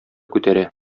күтәрә